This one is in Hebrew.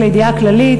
רק לידיעה כללית,